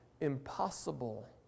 impossible